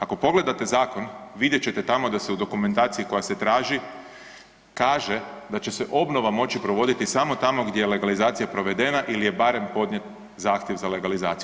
Ako pogledate zakon vidjet ćete tamo da se u dokumentaciji koja se traži kaže da će se obnova moći provoditi samo tamo gdje je legalizacija provedena ili je barem podnijet zahtjev za legalizaciju.